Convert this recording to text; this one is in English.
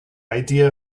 idea